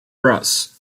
ross